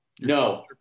no